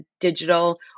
digital